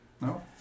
No